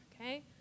okay